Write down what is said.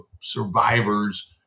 survivors